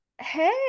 hey